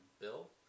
Bill